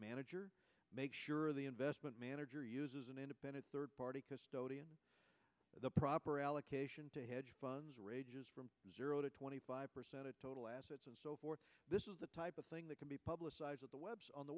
manager make sure the investment manager uses an independent third party custodian the proper allocation to hedge funds from zero to twenty five percent of total assets and so forth this is the type of thing that can be publicized at the